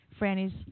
Franny's